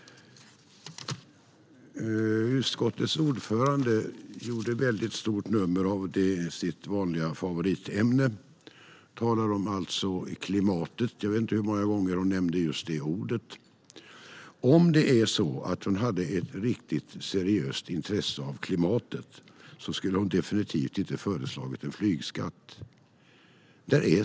Utskottets ordförande gjorde ett mycket stort nummer av sitt vanliga favoritämne, alltså klimatet. Jag vet inte hur många gånger hon nämnde just det ordet. Om hon hade ett riktigt seriöst intresse för klimatet skulle hon definitivt inte ha föreslagit en flygskatt.